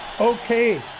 Okay